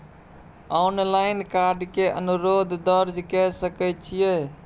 Online card के अनुरोध दर्ज के सकै छियै?